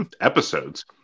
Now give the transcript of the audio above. Episodes